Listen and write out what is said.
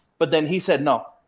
but then he said no.